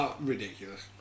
Ridiculous